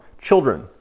Children